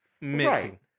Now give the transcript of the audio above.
mixing